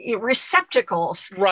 receptacles